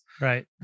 Right